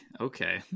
Okay